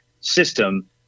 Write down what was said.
system